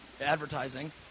advertising